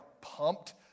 pumped